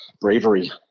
bravery